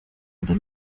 oder